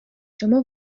شما